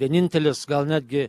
vienintelis gal netgi